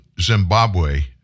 Zimbabwe